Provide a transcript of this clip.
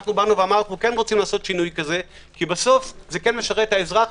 ואמרנו: כן רוצים לעשת שינוי כזה כי בסוף זה כן משרת את האזרח,